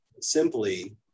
simply